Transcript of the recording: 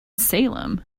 salem